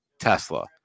tesla